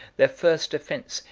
their first offence,